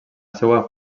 seva